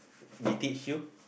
they teach you